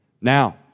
Now